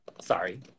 sorry